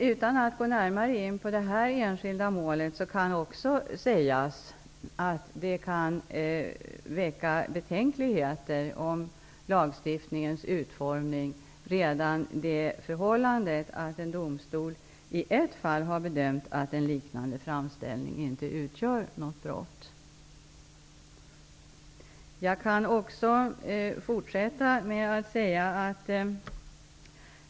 Utan att gå närmare in på det här enskilda målet kan det också sägas att redan det förhållandet att en domstol i ett fall har bedömt att en liknande framställning inte utgör något brott kan väcka betänkligheter om lagstiftningens utformning.